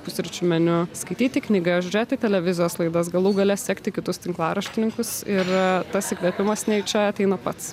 pusryčių meniu skaityti knygas žiūrėti televizijos laidas galų gale sekti kitus tinklaraštininkus ir tas įkvėpimas nejučia ateina pats